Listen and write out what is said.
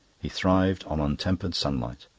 he thrived on untempered sunlight.